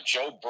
Joe